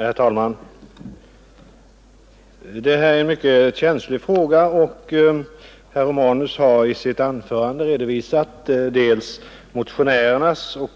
Herr talman! Det här är en mycket känslig fråga. Herr Romanus har i sitt anförande redovisat motionärernas och